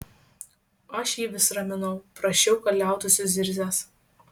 aš jį vis raminau prašiau kad liautųsi zirzęs